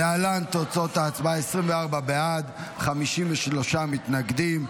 להלן תוצאות ההצבעה: 24 בעד, 53 מתנגדים.